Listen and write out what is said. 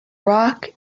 rock